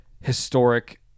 historic